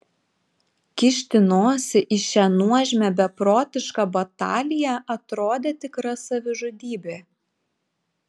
kišti nosį į šią nuožmią beprotišką bataliją atrodė tikra savižudybė